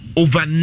over